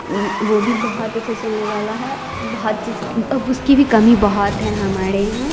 वो भी बहुत अच्छा चलने वाला है बहुत चीज की उसकी भी कमी बहुत है हमारे यहाँ